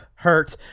hurt